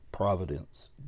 Providence